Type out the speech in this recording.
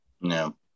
No